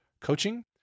coaching